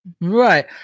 right